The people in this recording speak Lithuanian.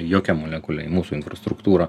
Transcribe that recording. jokia molekulė į mūsų infrastruktūrą